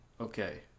Okay